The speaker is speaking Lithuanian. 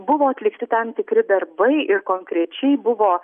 buvo atlikti tam tikri darbai ir konkrečiai buvo